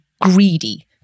greedy